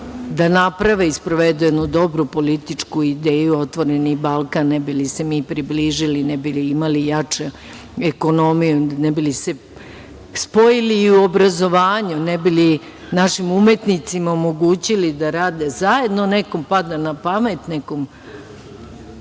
da naprave i sprovedu jednu dobru političku ideju „Otvoreni Balkan“, ne bi li se mi približili, ne bi li imali jaču ekonomiju, ne bi li se spojili i u obrazovanju, ne bi li našim umetnicima omogućili da rade zajedno, a nekom padne na pamet, nekom